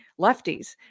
lefties